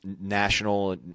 national